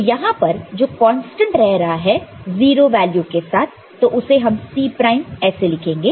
तो यहां पर जो कांस्टेंट रह रहा है 0 वैल्यू के साथ तो उसे हम C प्राइम ऐसे लिखेंगे